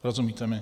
Rozumíte mi?